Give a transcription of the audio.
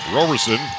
Roberson